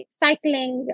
cycling